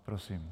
Prosím.